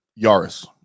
Yaris